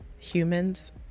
Humans